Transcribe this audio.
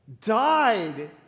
died